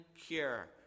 cure